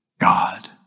god